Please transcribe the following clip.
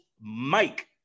Mike